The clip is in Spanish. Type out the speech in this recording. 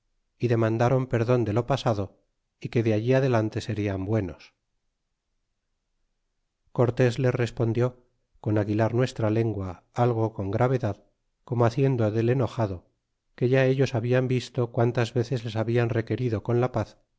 y d emandáron perdon de lo pasado y que de allí adelante serian buenos cortés les respondió con aguilar nuestra lengua algo con gravedad como haciendo del enojado que ya ellos habian visto quantas veces le g habían requerido con la paz